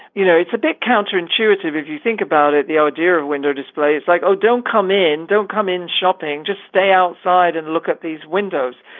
you know, it's a bit counterintuitive if you think about it. the idea of window displays like, oh, don't come in, don't come in shopping, just stay outside and look at these windows.